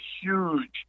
huge